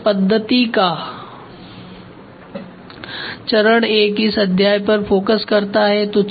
और इस पद्धति का चरण I इस अध्याय पर फोकस करता है